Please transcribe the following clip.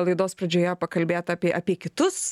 laidos pradžioje pakalbėt apie apie kitus